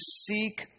seek